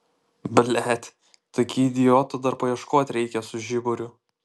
blet tokių idiotų dar paieškot reikia su žiburiu